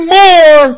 more